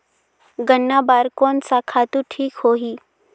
गन्ना बार कोन सा खातु ठीक होही?